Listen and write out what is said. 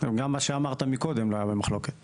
גם מה שאמרת מקודם לא היה במחלוקת.